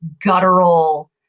guttural